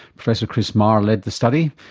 professor chris maher led the study.